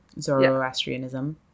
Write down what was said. Zoroastrianism